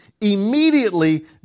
Immediately